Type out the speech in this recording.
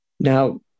Now